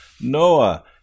Noah